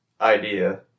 idea